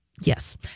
Yes